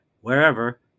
wherever